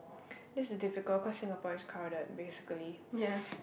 this is difficult cause Singapore is crowded basically